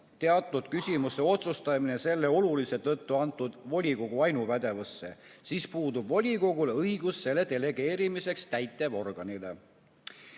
teatud küsimuste otsustamine selle olulisuse tõttu antud volikogu ainupädevusse, siis puudub volikogul õigus selle delegeerimiseks täitevorganile.